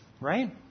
right